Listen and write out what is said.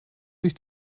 sich